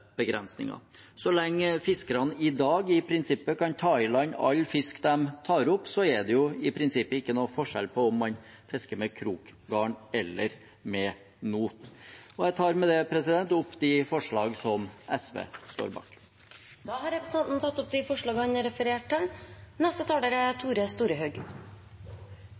Så lenge fiskerne i dag i prinsippet kan ta i land all fisk de tar opp, er det i prinsippet ikke noen forskjell på om man fisker med krokgarn eller med not. – Jeg tar med dette opp forslaget SV står alene om, og forslagene vi har sammen med Miljøpartiet De Grønne. Da har representanten Lars Haltbrekken tatt opp de forslag han refererte til.